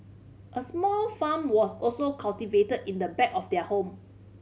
a small farm was also cultivated in the back of their home